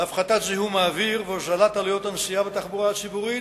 להפחתת זיהום האוויר ולהוזלת עלויות הנסיעה בתחבורה הציבורית,